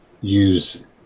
use